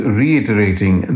reiterating